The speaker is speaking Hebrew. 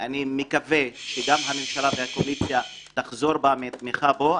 אני מקווה שגם הממשלה והקואליציה תחזור בה מהתמיכה בו.